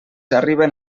arriben